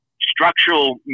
structural